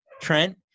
Trent